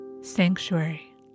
sanctuary